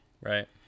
Right